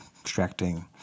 extracting